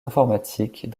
informatiques